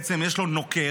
בעצם יש לו נוקר,